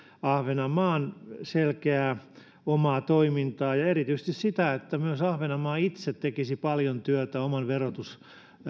ahvenanmaan selkeää omaa toimintaa ja erityisesti sitä että myös ahvenanmaa itse tekisi paljon työtä oman verotus